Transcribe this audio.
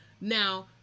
Now